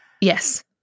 Yes